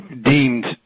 deemed